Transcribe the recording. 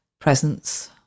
presence